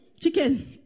chicken